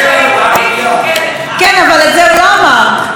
אני אומרת: אפשר להגיד שהיהודי קלקל את העם